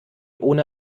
ohne